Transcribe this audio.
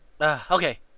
okay